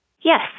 Yes